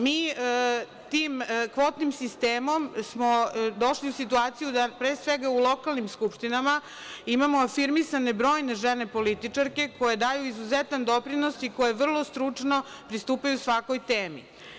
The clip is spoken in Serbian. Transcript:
Mi tim kvotnim sistemom smo došli u situaciju da pre svega u lokalnim skupštinama imamo afirmisane brojne žene političarke koje daju izuzetan doprinos i koje vrlo stručno pristupaju svakoj temi.